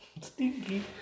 stinky